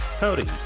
Howdy